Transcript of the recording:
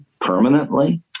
permanently